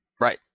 Right